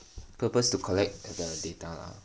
purpose to collect the data lah